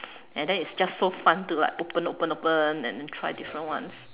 and then it's just so fun to like open open open and then try different ones